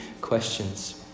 questions